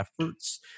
efforts